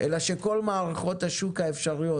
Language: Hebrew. אלא שכל מערכות השוק האפשריות: